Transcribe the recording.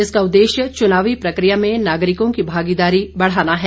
इसका उद्देश्य चुनावी प्रक्रिया में नागरिकों की भागीदारी बढ़ाना है